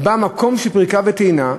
במקום של פריקה וטעינה,